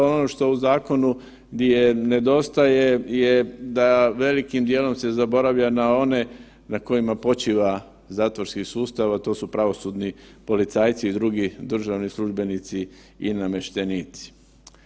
Ono što u zakonu nedostaje je da velikim dijelom se zaboravlja na one na kojima počiva zatvorski sustav, a to su pravosudni policajci i drugi državni službenici i namještenici.